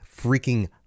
freaking